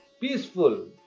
peaceful